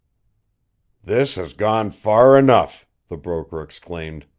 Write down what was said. this has gone far enough! the broker exclaimed.